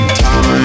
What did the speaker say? time